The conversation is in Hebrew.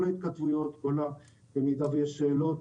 כל ההתכתבויות, כל המידע והשאלות,